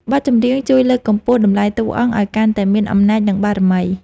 បទចម្រៀងជួយលើកកម្ពស់តម្លៃតួអង្គ ឱ្យកាន់តែមានអំណាច និងបារមី។